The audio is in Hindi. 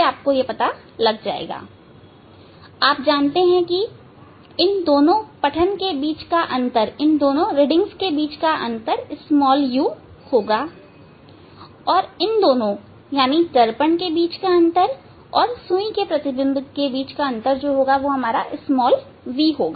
आप जानते हैं कि इन दोनों पठन के बीच का अंतर u होगा और इन दोनों दर्पण के बीच का अंतर और सुई के प्रतिबिंब के बीच का अंतर v होगा